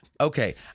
Okay